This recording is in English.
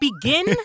begin